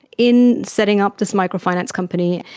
in setting up this micro-finance company,